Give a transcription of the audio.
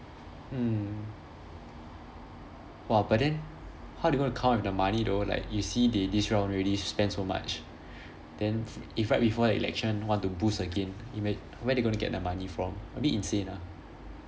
mm !wah! but then how they gonna come up with the money though like you see they this round already spend so much then if right before the election want to boost again ima~ where they gonna get the money from a bit insane ah